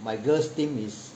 my girl's team is